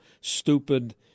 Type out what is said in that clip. stupid